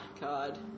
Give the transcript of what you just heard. God